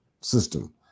system